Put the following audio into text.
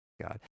god